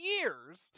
years